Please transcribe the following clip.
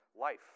life